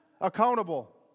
accountable